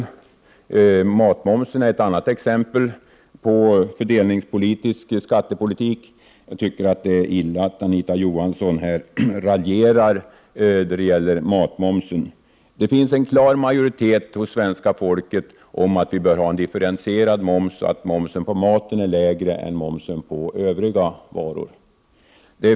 Sänkning av matmomsen är ett annat exempel på fördelningspolitisk skattepolitik. Jag tycker att det är illa att Anita Johansson här raljerar i ftåga om matmomsen. Det finns en klar majoritet hos svenska folket för en differentierad moms, så att momsen på mat blir lägre än momsen på övriga varor.